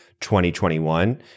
2021